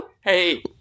Hey